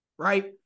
Right